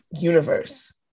universe